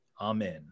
Amen